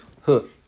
hook